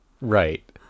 Right